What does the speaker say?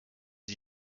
sie